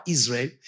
Israel